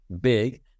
big